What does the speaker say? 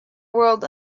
world